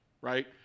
right